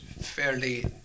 Fairly